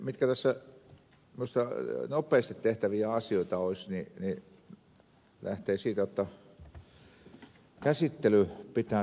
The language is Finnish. tässä minusta nopeasti tehtäviä asioita olisi jotta käsittely pitäisi saada kyllä ripeäksi